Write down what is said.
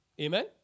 Amen